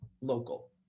local